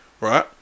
right